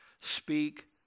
speak